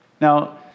Now